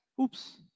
oops